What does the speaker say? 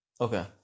okay